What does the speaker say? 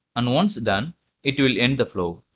and once done it will end the flow.